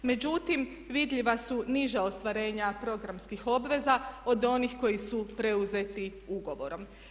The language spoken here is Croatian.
Međutim vidljiva su niža ostvarenja programskih obveza od onih koji su preuzeti ugovorom.